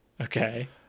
Okay